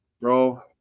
bro